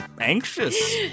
anxious